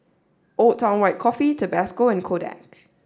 old Town White Coffee Tabasco and Kodak